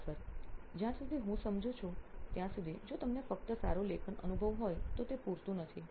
પ્રાધ્યાપક જ્યાં સુધી હું સમજું છું ત્યાં સુધી જો તમને ફક્ત સારો લેખન અનુભવ હોય તો તે પૂરતું નથી